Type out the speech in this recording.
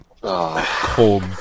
cold